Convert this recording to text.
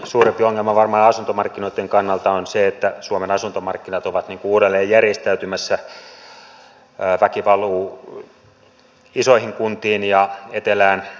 suurempi ongelma varmaan asuntomarkkinoitten kannalta on se että suomen asuntomarkkinat ovat uudelleen järjestäytymässä väki valuu isoihin kuntiin ja etelään pohjoisesta ja idästä